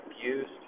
abused